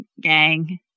gang